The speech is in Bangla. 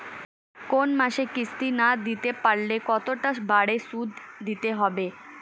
কোন মাসে কিস্তি না দিতে পারলে কতটা বাড়ে সুদ দিতে হবে?